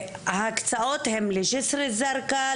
רוזנבאום ההקצאות הן לג'אסר -אזארקא,